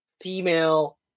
female